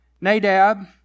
Nadab